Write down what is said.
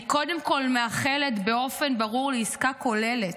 אני קודם כול מייחלת באופן ברור לעסקה כוללת,